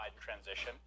transition